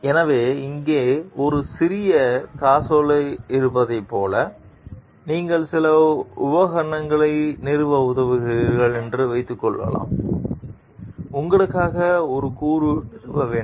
எனவே இங்கே ஒரு சிறிய காசோலை இருப்பதைப் போல நீங்கள் சில உபகரணங்களை நிறுவ உதவுகிறீர்கள் என்று வைத்துக்கொள்வோம் உங்களுக்காக ஒரு கூறு நிறுவ வேண்டும்